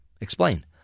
Explain